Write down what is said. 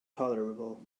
tolerable